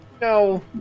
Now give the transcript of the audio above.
No